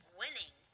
winning